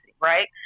right